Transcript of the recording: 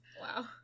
Wow